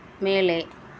மேலே